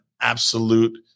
absolute